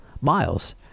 Miles